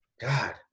God